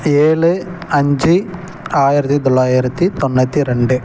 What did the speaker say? ஏழு அஞ்சு ஆயிரத்து தொள்ளாயிரத்து தொண்ணூற்றி ரெண்டு